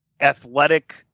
athletic